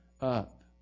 up